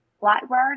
blackbird